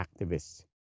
activists